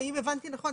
הבנתי נכון,